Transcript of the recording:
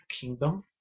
kingdom